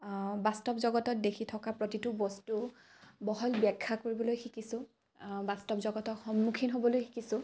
বাস্তৱ জগতত দেখি থকা প্ৰতিটো বস্তু বহল ব্যাখ্যা কৰিবলৈ শিকিছোঁ বাস্তৱ জগতৰ সন্মুখীন হ'বলৈ শিকিছোঁ